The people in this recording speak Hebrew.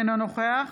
אינו נוכח